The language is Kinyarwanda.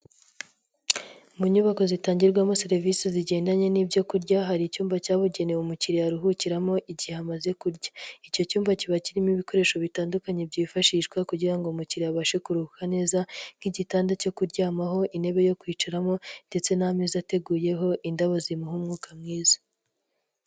Mu nyubako zitangirwamo serivisi zigendanye n'ibyo kurya hari icyumba cyabugenewe umukiriya aruhukiramo igihe amaze kurya, icyo cyumba kiba kirimo ibikoresho bitandukanye byifashishwa kugira ngo umukiriya abashe kuruhuka neza nk'igitanda cyo kuryamaho, intebe yo kwicaramo ndetse n'ameza ateguyeho indabo zimuha umwuka mwiza.